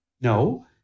no